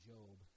Job